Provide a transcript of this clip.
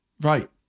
Right